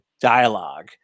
dialogue